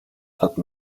hatten